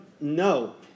No